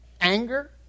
anger